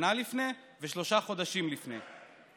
שנה לפני כן, ושלושה חודשים לפני כן.